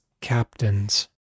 captains